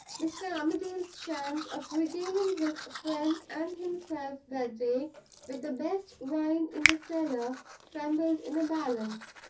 mr. armadale's chance of regaling his friend and himself that day with the best wine in the cellar trembled in the balance,